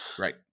Right